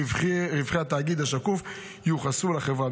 רווחי התאגיד השקוף ייוחסו לחברה.